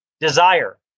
desire